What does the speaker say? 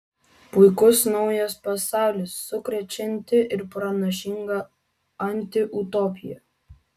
puikus naujas pasaulis sukrečianti ir pranašinga antiutopija